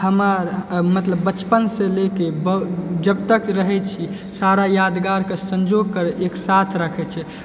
हमर मतलब बचपन से लऽ कऽ जबतक रहै छी सबटा यादगार के संजो के एकसाथ रखै छै